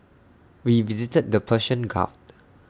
we visited the Persian gulf